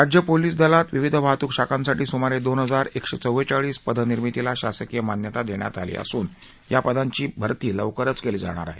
राज्य पोलिस दलात विविध वाहतूक शाखांसाठी सुमारे दोन हजार एकशे चव्वेचाळीस पदनिर्मितीला शासकीय मान्यता देण्यात आली असून या पदांची भरती लवकरच केली जाणार आहे